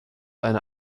eine